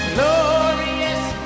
Glorious